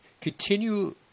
continue